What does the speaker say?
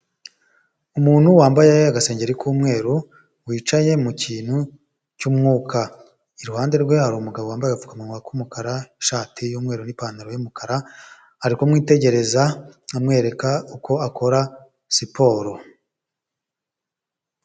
Umuntu wambaye agasengeri k'umweru wicaye mu kintu cy'umwuka, iruhande rwe hari umugabo wambaye agapfukamunwa k'umukara, ishati y'umweru n'ipantaro y'umukara ari kumwitegereza amwereka uko akora siporo.